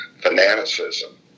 fanaticism